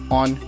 on